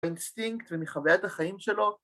אינסטינקט, ומחווית החיים שלו.